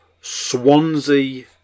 Swansea